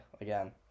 again